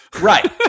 right